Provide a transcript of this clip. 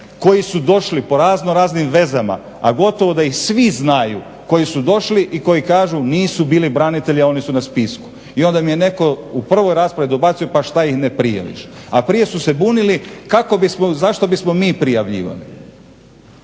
koji su došli po razno raznim vezama a gotovo da ih svi znaju koji su došli i koji kažu nisu bili branitelji a oni su na spisku. I onda im je netko u prvoj raspravi dobacio, pa šta ih ne prijaviš? A prije su se bunili, kako bismo, zašto bismo mi prijavljivali?